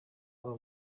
aba